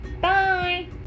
Bye